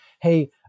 hey